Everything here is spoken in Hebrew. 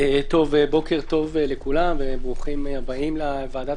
בוקר טוב לכולם וברוכים הבאים לוועדת